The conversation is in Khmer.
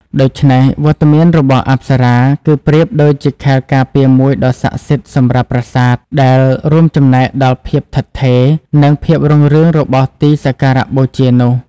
ដូច្នេះ វត្តមានរបស់អប្សរា គឺប្រៀបដូចជាខែលការពារមួយដ៏ស័ក្តិសិទ្ធិសម្រាប់ប្រាសាទ ដែលរួមចំណែកដល់ភាពឋិតថេរ និងភាពរុងរឿងរបស់ទីសក្ការបូជានោះ។